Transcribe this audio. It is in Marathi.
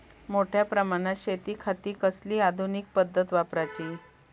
मोठ्या प्रमानात शेतिखाती कसली आधूनिक पद्धत वापराची?